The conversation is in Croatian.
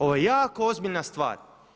Ovo je jako ozbiljna stvar.